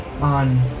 on